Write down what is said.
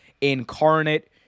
Incarnate